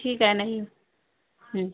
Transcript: ठीक आहे नाही